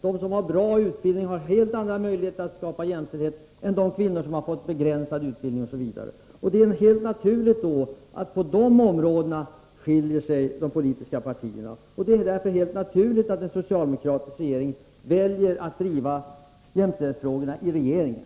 De som har bra utbildning har helt andra möjligheter att skapa jämställdhet än de kvinnor som har fått begränsad utbildning. Det är därför helt naturligt att de politiska partierna skiljer sig åt på de områdena och att en socialdemokratisk regering väljer att driva jämställdhetsfrågorna i regeringen.